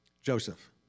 Joseph